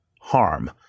harm